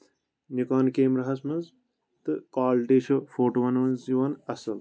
نِکان camera ہَس منٛز تہٕ کالٹی چھُ فوٹوٗوَن ہٕنٛز یِوان اَصٕل